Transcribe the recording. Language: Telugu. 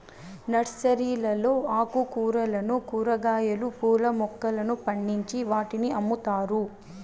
నర్సరీలలో ఆకుకూరలను, కూరగాయలు, పూల మొక్కలను పండించి వాటిని అమ్ముతారు